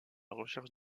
recherche